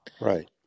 Right